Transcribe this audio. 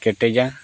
ᱠᱮᱴᱮᱡᱟ